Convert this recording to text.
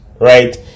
right